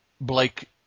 Blake